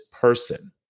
person